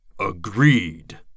Agreed